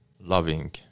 loving